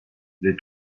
les